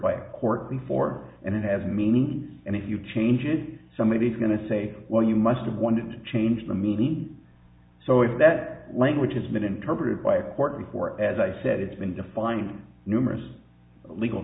a court before and it has meaning and if you change it somebody is going to say well you must have wanted to change the media so if that language has been interpreted by a court and for as i said it's been defined numerous legal